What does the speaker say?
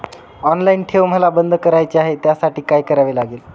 Online ठेव मला बंद करायची आहे, त्यासाठी काय करावे लागेल?